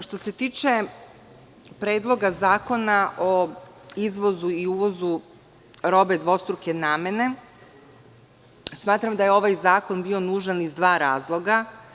Što se tiče Predloga zakona o izvozu i uvozu robe dvostruke namene, smatram da je ovaj zakon bio nužan iz dva razloga.